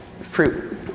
fruit